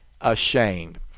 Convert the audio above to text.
ashamed